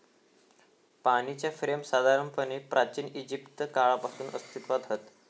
पाणीच्या फ्रेम साधारणपणे प्राचिन इजिप्त काळापासून अस्तित्त्वात हत